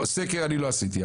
סקר אני לא עשיתי.